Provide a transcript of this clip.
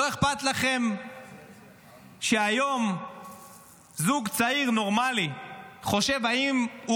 לא אכפת לכם שהיום זוג צעיר נורמלי חושב אם הוא